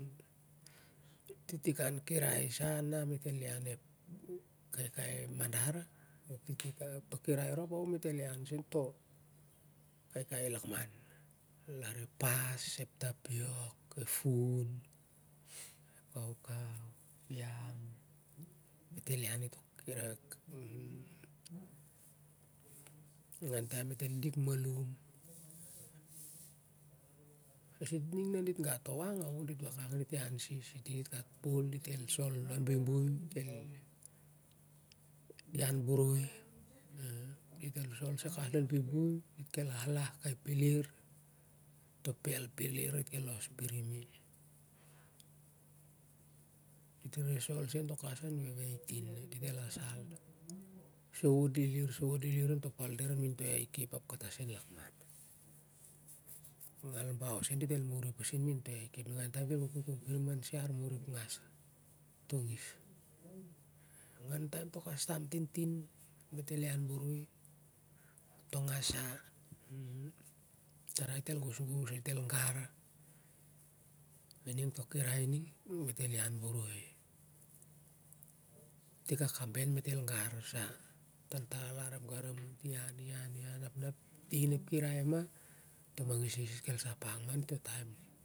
Titi kan taren sa na mit el iaan ep kaikai mad ar to rirai rop ao mit el ian seu ep kaikai lakman lav ep pas ep taiok ep fun ep kai kan ep ian mit el ian i on to kirai rop nin gan mit el dik malam sit ning na dit gat to wak dit a kak dit ian sis ningan dit gat pol dit sol ilon buibui ian boroi dit el sol sai kai as lon buibui dit kel lahlah kai peler to pel peler dit kel los pirim i dit rere sol tong sem kawas lon e weitin dit el asal sowot lilir aian to iai kep ep kata sen lakman ngal baw sem dit el muri pasi main to iai kep ningau taim an dit el kokot tong pririm a siar ning an taim to kastam tintin mit elian boroi to ngasa tarai i dit el gosgos dit el gar ining to kirai ning mit el ian boroi